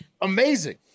Amazing